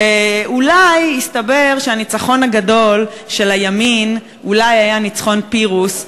אולי יסתבר שהניצחון הגדול של הימין היה ניצחון פירוס.